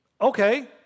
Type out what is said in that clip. Okay